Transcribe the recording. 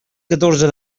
catorze